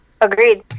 Agreed